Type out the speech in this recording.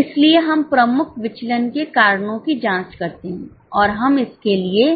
इसलिए हम प्रमुख विचलन के कारणों की जांच करते हैं और हम इसके लिए